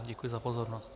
Děkuji za pozornost.